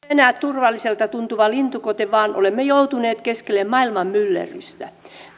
enää turvalliselta tuntuva lintukoto vaan olemme joutuneet keskelle maailman myllerrystä